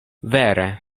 vere